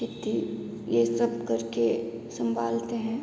खेती ये सब करके संभालते हैं